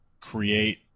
create